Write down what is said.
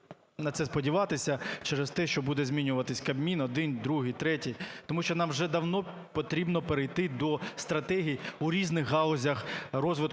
на це сподіватися, через те, що буде змінюватись Кабмін один, другий, третій. Тому що нам вже давно потрібно перейти до стратегій у різних галузях розвитку